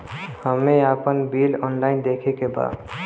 हमे आपन bill online देखे के बा?